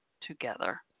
together